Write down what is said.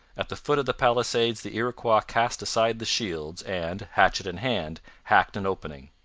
at the foot of the palisades the iroquois cast aside the shields, and, hatchet in hand, hacked an opening.